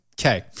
Okay